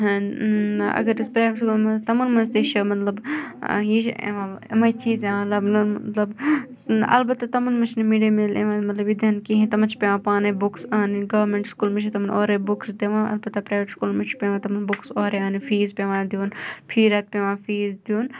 اَگَر أسۍ پرایویٹ سکوٗلَن مَنٛز تِمَن مَنٛز تہِ چھُ مَطلَب یہِ چھُ یِوان اِمے چیٖز یِوان لَبنہٕ مَطلَب اَلبَتہ تمَن مَنٛز چھُنہٕ مِڈ ڈے میٖل یِوان مَطلَب یہِ دِنہٕ کِہیٖنۍ تِمَن چھِ پیٚوان پانے بُکٕس اَنٕنۍ گامینٹ سکوٗلَس مَنٛز چھِ تِمَن اورے بُکٕس دِوان اَلبَتہ پرایویٹ سکوٗلَن مَنٛز چھِ تِمَن پیٚوان بُکٕس اورے اَننہِ فیٖس پیٚوان دیُن فی ریتہٕ پیٚوان فیٖس دیُن